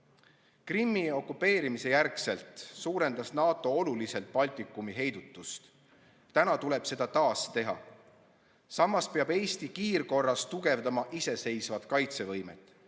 Krimmi okupeerimise järel suurendas NATO oluliselt Baltikumi heidutust. Täna tuleb seda taas teha. Samas peab Eesti kiirkorras tugevdama iseseisvat kaitsevõimet.